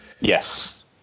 Yes